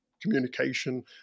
communication